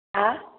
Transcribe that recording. ಹಾಂ